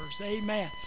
amen